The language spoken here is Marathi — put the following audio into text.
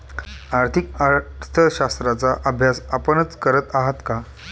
आर्थिक अर्थशास्त्राचा अभ्यास आपणच करत आहात का?